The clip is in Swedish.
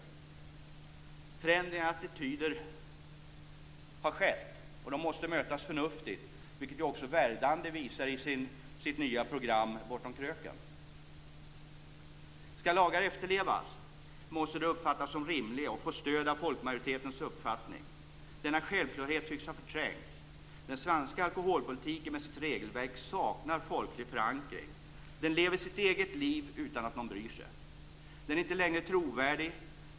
Förändringar i attityder har skett som måste mötas med förnuft, vilket också Verdandi visar i sitt nya program Bortom Kröken. Ska lagar efterlevas måste de uppfattas som rimliga och få stöd av folkmajoritetens uppfattning. Denna självklarhet tycks ha förträngts. Den svenska alkoholpolitiken med sitt regelverk saknar folklig förankring. Den lever sitt eget liv utan att någon bryr sig. Den är inte längre trovärdig.